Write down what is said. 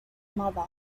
mother